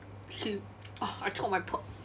he uh I choke on my pearl